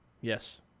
Yes